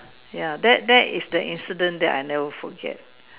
ya that that is the incident that I never forget